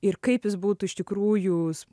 ir kaip jis būtų iš tikrųjų